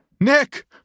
Nick